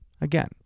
Again